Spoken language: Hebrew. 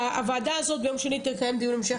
הוועדה הזו ביום שני תקיים דיון המשך,